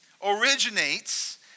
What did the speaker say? originates